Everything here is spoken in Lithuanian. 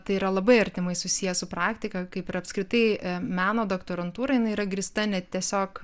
tai yra labai artimai susiję su praktika kaip ir apskritai meno doktorantūra jinai yra grįsta ne tiesiog